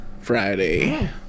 Friday